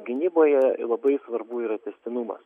gynyboje labai svarbu yra tęstinumas